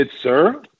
sir